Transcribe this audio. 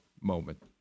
moment